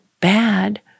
bad